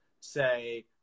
say